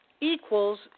equals